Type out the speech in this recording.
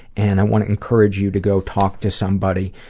and i want to encourage you to go talk to somebody,